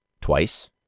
twice